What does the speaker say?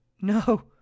No